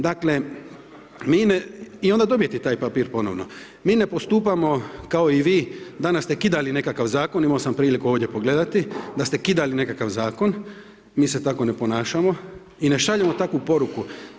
Dakle, mi ne, i onda dobijete taj papir ponovno, mi ne postupamo kao i vi, danas ste kidali nekakav zakon, imao sam priliku ovdje pogledati da ste kidali nekakav zakon, mi se tako ne ponašamo i ne šaljemo takvu poruku.